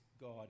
God